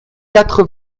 quatre